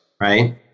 right